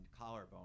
collarbone